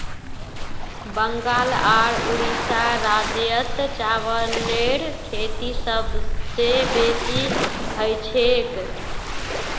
बंगाल आर उड़ीसा राज्यत चावलेर खेती सबस बेसी हछेक